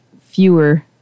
fewer